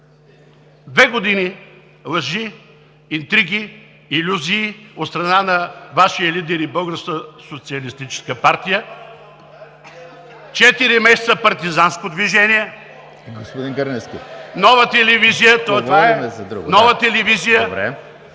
Две години лъжи, интриги, илюзии от страна на Вашия лидер и Българската социалистическа партия, четири месеца партизанско движение… ПРЕДСЕДАТЕЛ